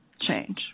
change